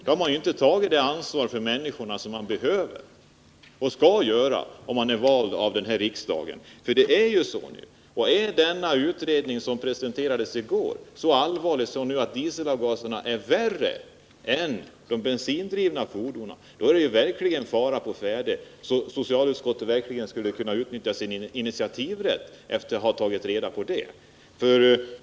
Utskottet har inte tagit det ansvar för människorna som man behöver och skall göra om man är vald till riksdagen. Om uppgifterna i den utredning som presenterades i går är riktiga, dvs. att dieselavgaserna är värre än avgaserna från de bensindrivna fordonen, då är det verkligen fara å färde. Och socialutskottet skulle kunna utnyttja sin initiativrätt efter att ha tagit reda på om de uppgifterna är riktiga.